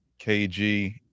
kg